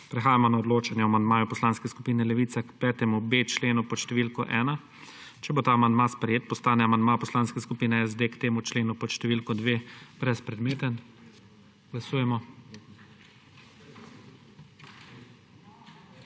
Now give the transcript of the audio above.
Prehajamo na odločanje o amandmaju Poslanske skupine Levica k 5.b členu pod številko 1. Če bo ta amandma sprejet, postane amandma Poslanske skupine SD k temu členu pod številko 2 brezpredmeten. Glasujemo.